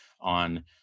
on